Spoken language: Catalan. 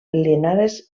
linares